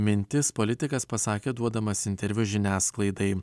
mintis politikas pasakė duodamas interviu žiniasklaidai